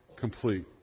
complete